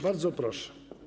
Bardzo proszę.